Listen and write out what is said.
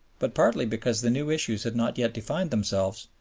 but partly because the new issues had not yet defined themselves,